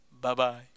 Bye-bye